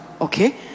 Okay